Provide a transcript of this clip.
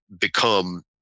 become